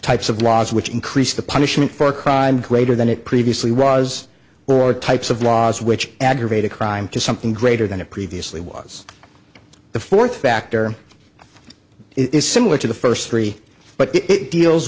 types of laws which increase the punishment for a crime greater than it previously was or types of laws which aggravated crime to something greater than it previously was the fourth factor it is similar to the first three but it deals